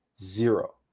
Zero